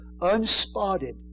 unspotted